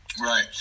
Right